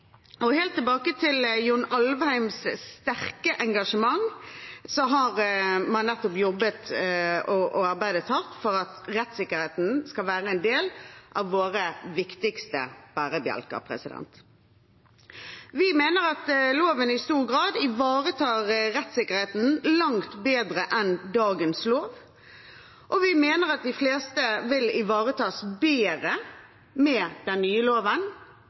Helt tilbake til John Alvheims sterke engasjement har man jobbet og arbeidet hardt nettopp for at rettssikkerheten skal være en del av våre viktigste bærebjelker. Vi mener at loven i stor grad ivaretar rettsikkerheten langt bedre enn dagens lov, og vi mener at de fleste vil ivaretas bedre med den nye loven